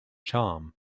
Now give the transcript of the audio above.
charm